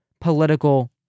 political